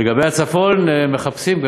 לגבי הצפון, מחפשים.